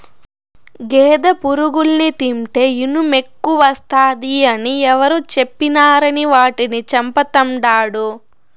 గేదె పురుగుల్ని తింటే ఇనుమెక్కువస్తాది అని ఎవరు చెప్పినారని వాటిని చంపతండాడు